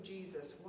Jesus